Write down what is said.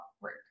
work